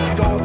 go